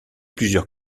plusieurs